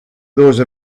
those